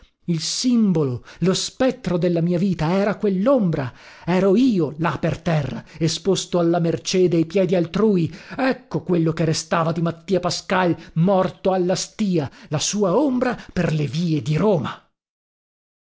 il simbolo lo spettro della mia vita era quellombra ero io là per terra esposto alla mercé dei piedi altrui ecco quello che restava di mattia pascal morto alla stìa la sua ombra per le vie di roma